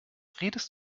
redest